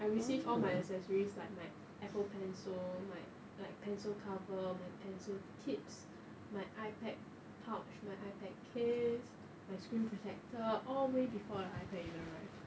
I received all my accessories like my apple pencil my pencil cover my pencil tips my ipad pouch my ipad case my screen protector all way before the ipad even arrive